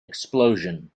explosion